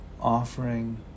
offering